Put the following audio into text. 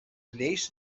lleis